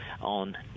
on